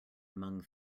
among